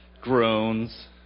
Groans